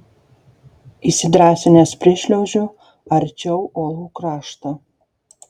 įsidrąsinęs prišliaužiu arčiau uolų krašto